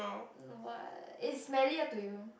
what~ is smellier to you